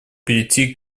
перейти